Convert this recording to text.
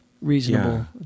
reasonable